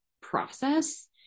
process